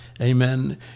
amen